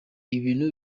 ibintu